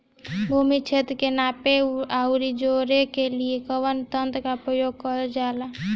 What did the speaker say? भूमि क्षेत्र के नापे आउर जोड़ने के लिए कवन तंत्र का प्रयोग करल जा ला?